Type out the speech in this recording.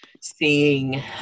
seeing